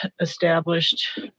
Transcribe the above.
established